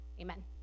Amen